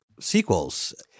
sequels